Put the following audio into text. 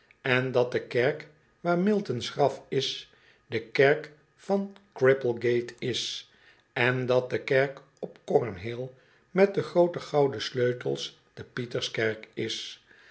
en dat de kerk waar milton's graf is de kerk van cripplegato is en dat de kerk op cornhill met de groote gouden sleutels de pieters kerk is